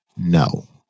no